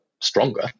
stronger